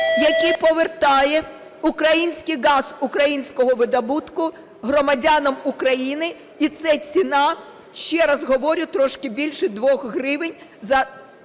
який повертає український газ, українського видобутку громадянам України і це ціна, ще раз говорю, трошки більше 2 гривень за